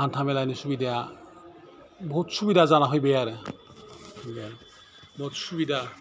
हान्था मेलानि सुबिदाया बुहुत सुबिदा जानानै फैबाय आरो बे बुहुत सुबिदा